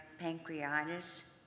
pancreatitis